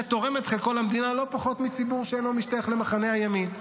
שתורם את חלקו למדינה לא פחות מציבור שאינו משתייך למחנה הימין?